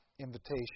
invitation